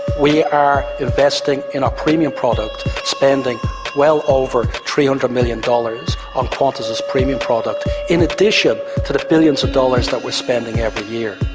we are investing in a premium product, spending well over three hundred million dollars on qantas's premium product in addition to the billions of dollars that we're spending every year.